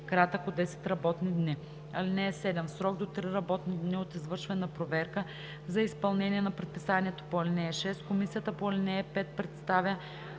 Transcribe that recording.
комисията по ал. 5 представя